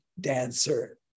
dancer